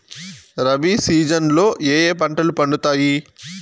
rabi season లో ఏ ఏ పంటలు పండుతాయి